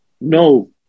No